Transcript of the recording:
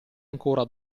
ancora